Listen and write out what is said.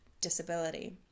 disability